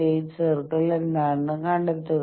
8 circle എന്താണെന്ന് കണ്ടെത്തുക